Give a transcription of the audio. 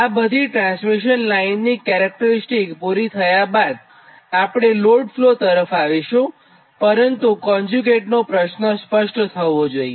આ બધી ટ્રાન્સમિશન લાઇનની કેરેક્ટરીસ્ટીક પુરી થયા બાદ આપણે લોડ ફ્લો તરફ આવીશુંપરંતુ કોન્જ્યુગેટ નો પ્રશ્ન સ્પષ્ટ થવો જોઇએ